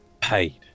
Paid